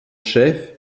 chef